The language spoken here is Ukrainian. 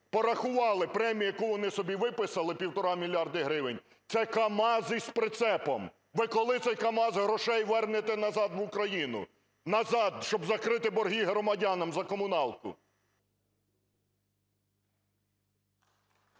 Порахували премію, яку вони собі виписали, 1,5 мільярда гривень, - це камази з причепом. Ви коли цей камаз грошей вернете назад в Україну, назад, щоб закрити борги громадянам за комуналку?